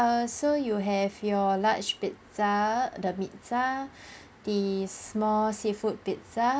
err so you have your large pizza the meat-za the small seafood pizza~